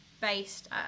based